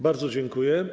Bardzo dziękuję.